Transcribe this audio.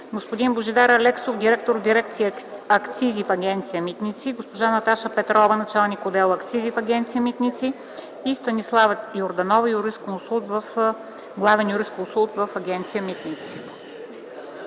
господин Божидар Алексов – директор на дирекция „Акцизи” в Агенция „Митници”, госпожа Наташа Петрова – началник отдел „Акцизи” в Агенция „Митници”, и Станислава Йорданова – главен юрисконсулт в Агенция „Митници”.